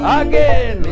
again